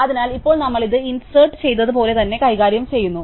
അതിനാൽ ഇപ്പോൾ നമ്മൾ ഇത് ഇന്സേര്ട് ചെയ്തപോലെ തന്നെ കൈകാര്യം ചെയ്യുന്നു